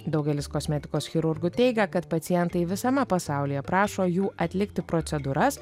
daugelis kosmetikos chirurgų teigia kad pacientai visame pasaulyje prašo jų atlikti procedūras